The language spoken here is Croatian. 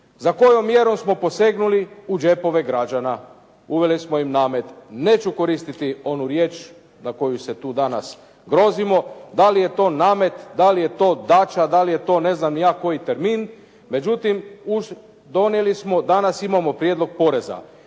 Za kojom mjerom smo posegnuli u džepove građana. Uveli smo im namet. Neću koristiti onu riječ na koju se tu danas grozimo. Da li je to namet, da li je to daća, da li je to ne znam ni ja koji termin, međutim donijeli smo, danas imamo prijedlog poreza